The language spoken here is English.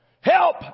help